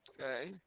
okay